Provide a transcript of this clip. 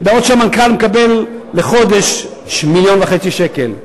בעוד המנכ"ל מקבל לחודש 1.5 מיליון שקל,